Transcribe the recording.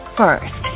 first